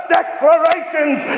declarations